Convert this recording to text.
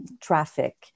traffic